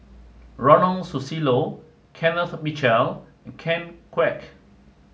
Ronald Susilo Kenneth Mitchell and Ken Kwek